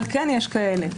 אבל כן יש כאלה.